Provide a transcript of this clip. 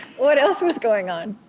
what else was going on?